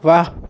वाह्